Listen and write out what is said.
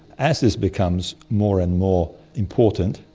as this becomes more and more important,